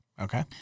Okay